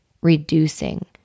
reducing